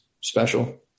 special